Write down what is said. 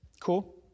Cool